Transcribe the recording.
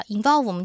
Involve